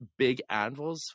BIGANVILS